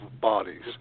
bodies